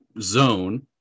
zone